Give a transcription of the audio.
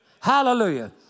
Hallelujah